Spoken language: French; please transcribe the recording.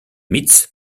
mitz